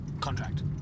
Contract